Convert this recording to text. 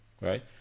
right